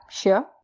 sure